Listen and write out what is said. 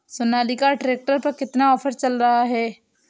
Sonalika tractor में कितना offer चल रहा है?